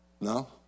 No